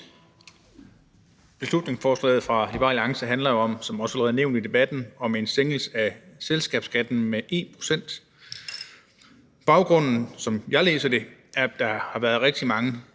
Beslutningsforslaget fra Liberal Alliance handler jo om, som det allerede også er blevet nævnt i debatten, en sænkelse af selskabsskatten med 1 pct. Baggrunden, som jeg læser det, er, at der har været rigtig mange